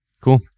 Cool